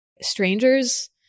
Strangers